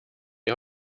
die